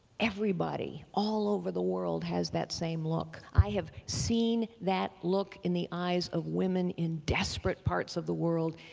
everybody, all over the world has that same look. i have seen that look in the eyes of women in desperate parts of the world,